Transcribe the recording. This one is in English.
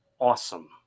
awesome